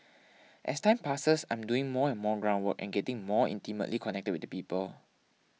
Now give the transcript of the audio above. as time passes I'm doing more and more ground work and getting more intimately connected with the people